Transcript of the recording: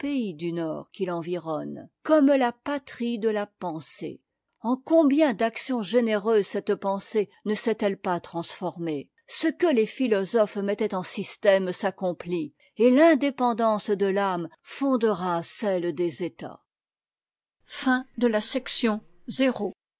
du nord qui l'environnent comme la patrie de la pensee en combien d'actions généreuses cette pensée ne s'est-elle pas transformée ce que les philosophes mettaient en système s'accomplit et l'indéperidance de i'amc fondera cellé des états